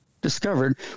discovered